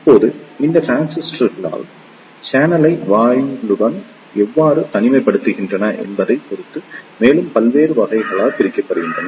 இப்போது இந்த டிரான்சிஸ்டர்கள் சேனலை வாயிலுடன் எவ்வாறு தனிமைப்படுத்துகின்றன என்பதைப் பொறுத்து மேலும் பல்வேறு வகைகளாகப் பிரிக்கப்படுகின்றன